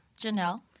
Janelle